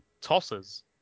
Tossers